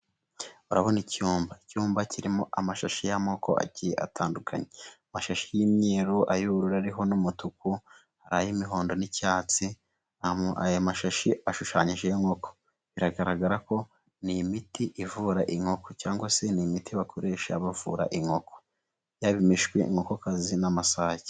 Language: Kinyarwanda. Urabona icyumba, icyumba kirimo amashashi y'amoko agiye atandukanye, amashashi y'imyeru ay'ubururu ariho n'umutuku, ay'imihondo n'icyatsi, aya mashashi ashushanyije inkoko, biragaragara ko ni imiti ivura inkoko cyangwa se ni imiti bakoresha bavura inkoko, yaba imishwi, inkokokazi n'amasake.